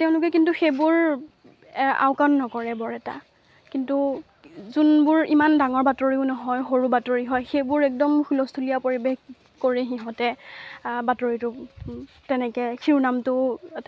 তেওঁলোকে কিন্তু সেইবোৰ এ আওকাণ নকৰে বৰ এটা কিন্তু যোনবোৰ ইমান ডাঙৰ বাতৰিও নহয় সৰু বাতৰি হয় সেইবোৰ একদম হুলস্থুলীয়া পৰিৱেশ কৰি সিহঁতে বাতৰিটো তেনেকৈ শিৰোনামটো